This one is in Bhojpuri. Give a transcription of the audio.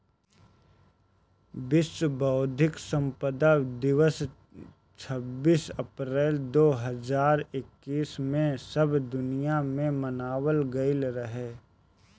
विश्व बौद्धिक संपदा दिवस छब्बीस अप्रैल दो हज़ार इक्कीस में सब दुनिया में मनावल गईल रहे